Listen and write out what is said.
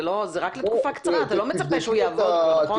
זה לתקופה קצרה, אתה לא מצפה שהוא יעבוד פה, נכון?